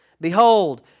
Behold